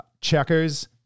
checkers